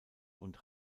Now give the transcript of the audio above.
und